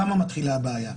שם מתחילה הבעיה.